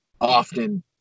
often